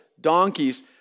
donkeys